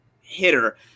hitter